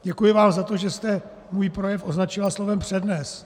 Děkuji vám za to, že jste můj projev označila slovem přednes.